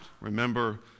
remember